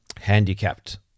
handicapped